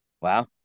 wow